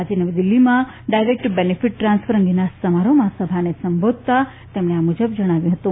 આજે નવી દિલ્હીમાં ડાયરેક્ટ બેનિફીટ ટ્રાન્સફર અંગેના સમારોહમાં સભાને સંબોધતા આ મુજબ જણાવ્યુ હતું